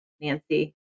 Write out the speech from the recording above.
Nancy